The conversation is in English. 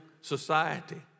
society